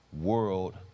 world